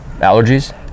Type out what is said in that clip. Allergies